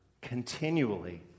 continually